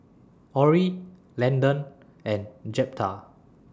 Orrie Landon and Jeptha